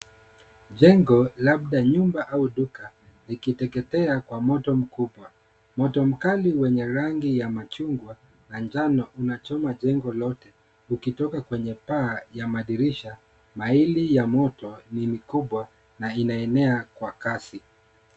Jengo labda nyuma au duka likiteketea kwa moto mkubwa, moto mkali wenye rangi ya machungwa na njano unachoma jengo lote ukitoka kwenye paa ya madirisha, maili ya moto ni mikubwa na inaenena kwa kasi.